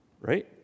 right